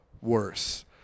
worse